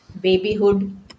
babyhood